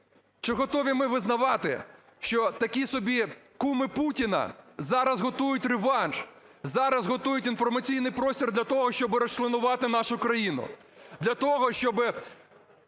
Чи готові ми визнавати, що такі собі куми Путіна зараз готують реванш, зараз готують інформаційний простір для того, щоби розчленувати нашу країну, для того, щоби